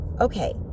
okay